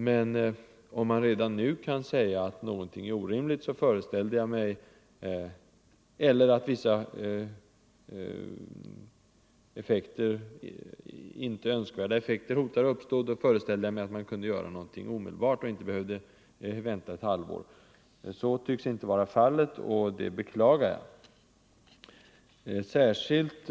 Men om man redan nu kan säga att något är orimligt, eller att vissa inte önskvärda effekter hotar att uppstå, föreställer jag mig att man kan ingripa omedelbart och inte behöver vänta ett halvår. Det tycks inte herr Aspling anse, och det beklagar jag. Särskilt